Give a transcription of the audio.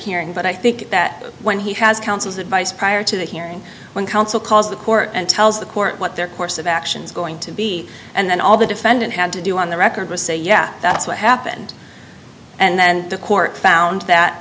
hearing but i think that when he has counsel's advice prior to the hearing when counsel calls the court and tells the court what their course of action is going to be and then all the defendant had to do on the record was say yeah that's what happened and the court found that